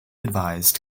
advised